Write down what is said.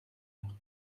heure